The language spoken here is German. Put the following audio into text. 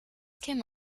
käme